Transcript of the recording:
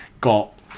got